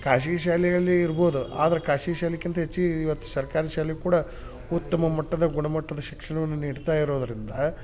ಖಾಸ್ಗಿ ಶಾಲೆಯಲ್ಲಿ ಇರ್ಬೋದು ಆದರೆ ಖಾಸ್ಗಿ ಶಾಲಿಕಿಂತ ಹೆಚ್ಗಿ ಇವತ್ತು ಸರ್ಕಾರಿ ಶಾಲೆ ಕೂಡ ಉತ್ತಮ ಮಟ್ಟದ ಗುಣಮಟ್ಟದ ಶಿಕ್ಷಣವನ್ನು ನೀಡ್ತಾ ಇರೋದರಿಂದ